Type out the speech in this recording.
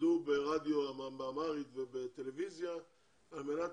לשידור ברדיו באמהרית וטלוויזיה על מנת